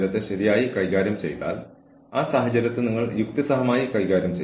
പക്ഷേ വ്യക്തിയുടെ ഉൽപ്പാദനക്ഷമത ശരിയാണെങ്കിൽ ആരെയെങ്കിലും ഉപദേശിക്കുന്നത് ഉചിതമായി കണക്കാക്കണമെന്നില്ല